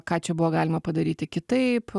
ką čia buvo galima padaryti kitaip